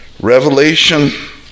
Revelation